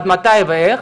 עד מתי ואיך,